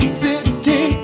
city